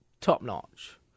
top-notch